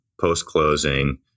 post-closing